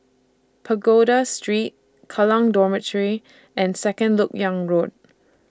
Pagoda Street Kallang Dormitory and Second Lok Yang Road